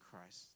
Christ